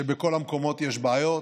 שבכל המקומות יש בעיות.